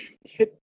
hit